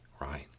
right